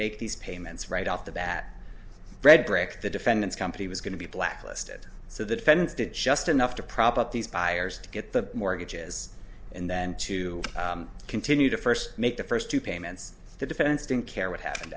make these payments right off the bat redbrick the defendant's company was going to be blacklisted so the defense did just enough to prop up these buyers to get the mortgages and then to continue to first make the first two payments the defense didn't care what happened